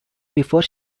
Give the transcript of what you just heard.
before